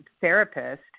therapist